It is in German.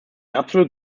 absolut